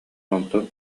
онтон